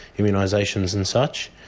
immunisations and such.